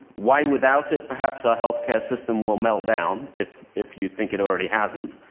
why without it perhaps our health care system will melt down if if you think it already hasn't,